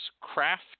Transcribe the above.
craft